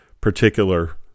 particular